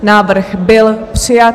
Návrh byl přijat.